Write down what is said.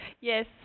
yes